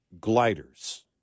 gliders